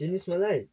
चिनिस् मलाई